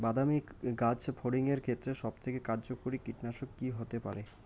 বাদামী গাছফড়িঙের ক্ষেত্রে সবথেকে কার্যকরী কীটনাশক কি হতে পারে?